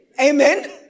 Amen